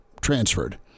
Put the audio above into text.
transferred